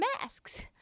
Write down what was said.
masks